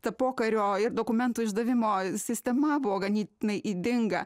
ta pokario ir dokumentų išdavimo sistema buvo ganėtinai ydinga